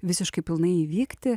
visiškai pilnai įvykti